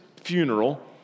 funeral